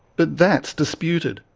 but that's disputed.